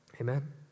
Amen